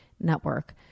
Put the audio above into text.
network